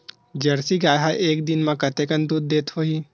Jersey गाय ह एक दिन म कतेकन दूध देत होही?